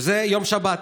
וזה יום שבת.